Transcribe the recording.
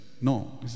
No